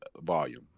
volume